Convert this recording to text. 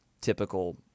typical